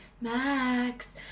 Max